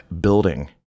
building